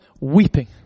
weeping